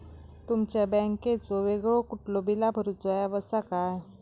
तुमच्या बँकेचो वेगळो कुठलो बिला भरूचो ऍप असा काय?